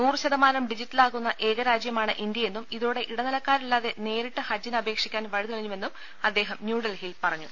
നൂറ് ശതമാനം ഡിജിറ്റലാകുന്ന ഏകരാജ്യമാണ് ഇന്ത്യയെന്നും ഇതോടെ ഇട നിലക്കാരില്ലാതെ നേരിട്ട് ഹജ്ജിന് അപേക്ഷിക്കാൻ വഴിതെളിഞ്ഞുവെന്നും അദ്ദേഹം ന്യൂഡൽഹിയിൽ പറഞ്ഞു